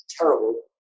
terrible